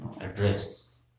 address